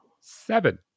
Seven